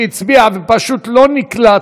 שהצביע וזה פשוט לא נקלט.